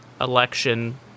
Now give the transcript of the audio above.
election